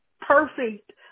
perfect